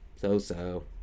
so-so